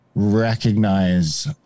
recognize